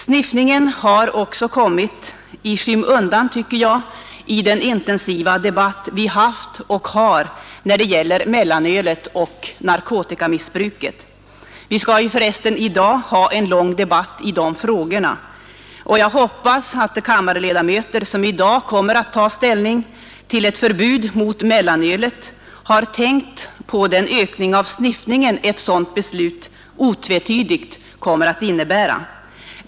Sniffningen har också kommit i skymundan, tycker jag, i den intensiva debatt vi haft och har när det gäller mellanölet och narkotikamissbruket. Vi skall för resten i dag ha en lång debatt i de frågorna. Jag hoppas att de kammarledamöter som då kommer att ta ställning för ett förbud mot mellanölet har tänkt på den ökning av sniffningen ett sådant beslut otvivelaktigt kommer att innebära.